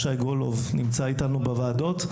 שי גולוב נמצא איתנו בוועדות,